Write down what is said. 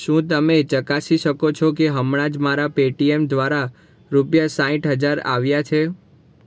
શું તમે ચકાસી શકો છો કે હમણાં જ મારા પેટીએમ દ્વારા રૂપિયા સાઠ હજાર આવ્યા છે